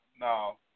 No